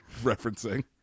referencing